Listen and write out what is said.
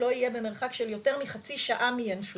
יהיה במרחק של יותר מחצי שעה מינשוף.